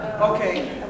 okay